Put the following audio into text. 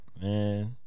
Man